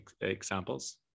examples